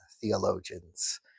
theologians